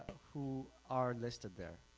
who are listed there.